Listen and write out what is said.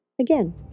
again